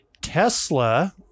Tesla